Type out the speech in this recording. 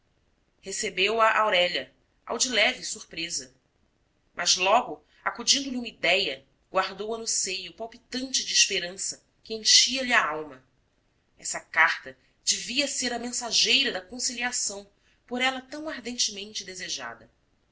fecho recebeu-a aurélia ao de leve surpresa mas logo acudindo lhe uma idéia guardou-a no seio palpitante de esperança que enchia-lhe a alma essa carta devia ser a mensageira da concilia ção por ela tão ardentemente desejada